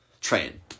Train